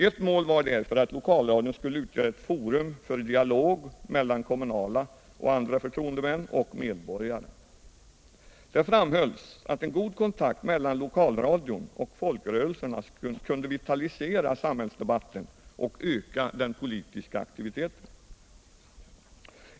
Ett mål var därför att lokalradion skulle utgöra ett forum för dialog mellan kommunala och andra förtroendemän och medborgare. Det framhölls att en god kontakt mellan lokalradion och folkrörelserna kunde vitalisera sam hällsdebatten och öka den politiska aktiviteten.